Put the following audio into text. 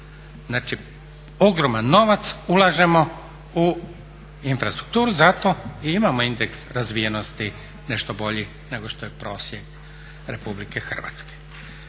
Znači ogroman novac ulažemo u infrastrukturu zato i imamo indeks razvijenosti nešto bolji nego što je prosjek Republike Hrvatske.